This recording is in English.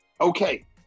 okay